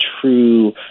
true